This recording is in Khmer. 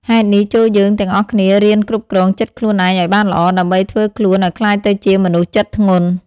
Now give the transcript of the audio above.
ហេតុនេះ ចូលយើងទាំងអស់គ្នារៀនគ្រប់គ្រងចិត្តខ្លួនឯងឱ្យបានល្អ ដើម្បីធ្វើខ្លួនឱ្យក្លាយទៅជាមនុស្សចិត្តធ្ងន់។